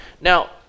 Now